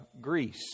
Greece